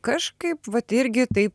kažkaip vat irgi tai